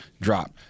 drop